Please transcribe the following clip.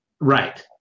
Right